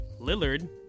Lillard